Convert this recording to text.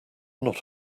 not